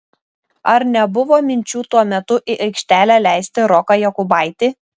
ar nebuvo minčių tuo metu į aikštelę leisti roką jokubaitį